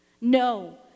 No